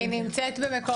היא נמצאת במקומות נוספים.